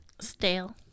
stale